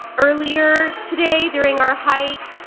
earlier today during our hike.